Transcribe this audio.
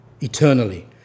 eternally